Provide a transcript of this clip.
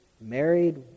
married